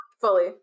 fully